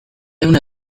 ehun